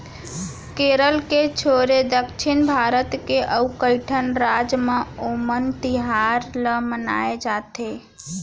केरल के छोरे दक्छिन भारत के अउ कइठन राज म ओनम तिहार ल मनाए जाथे